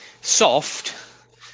soft